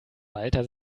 walter